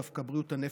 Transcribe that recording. דווקא בריאות הנפש,